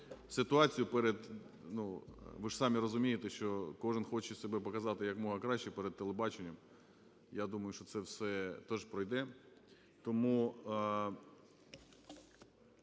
ситуацію перед… Ну ви ж самі розумієте, що кожен хоче себе показати якомога краще перед телебаченням. Я думаю, що це все теж пройде. Тому…